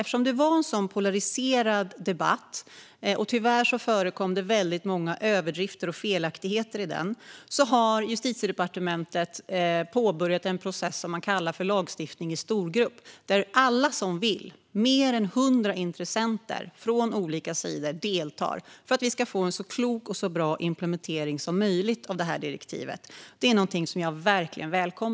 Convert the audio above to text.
Eftersom debatten var polariserad och det förekom många överdrifter och felaktigheter har Justitiedepartementet påbörjat en process som man kallar lagstiftning i storgrupp. Här deltar alla som vill, mer än hundra intressenter från olika håll, för att vi ska få en så klok och bra implementering som möjligt av direktivet. Detta välkomnar jag verkligen.